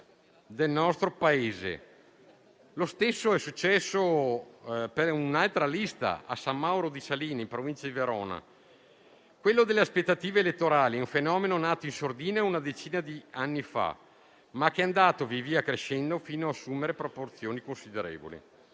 del nostro Paese. Lo stesso è accaduto per un'altra lista a San Mauro di Saline, in provincia di Verona. Quello delle aspettative elettorali è un fenomeno nato in sordina una decina di anni fa, ma che è andato via via crescendo fino ad assumere proporzioni considerevoli.